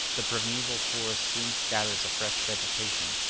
the primeval forest soon scatters a fresh vegetation,